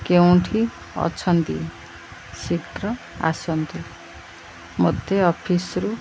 କେଉଁଠି ଅଛନ୍ତି ଶୀଘ୍ର ଆସନ୍ତୁ ମୋତେ ଅଫିସ୍ରୁ